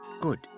good